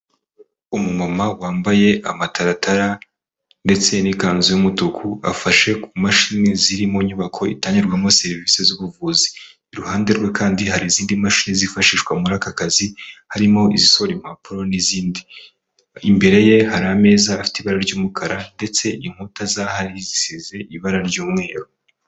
Umumama wambaye amataratara ndetse n'ikanzu y'umutuku, afashe ku mashini ziri mu nyubako itangirwamo serivisi z'ubuvuzi, iruhande rwe kandi hari izindi mashini zifashishwa muri aka kazi, harimo izisohora impapuro n'izindi, imbere ye hari ameza afite ibara ry'umukara ndetse inkuta zaho ari zisize ibara ry'umweru.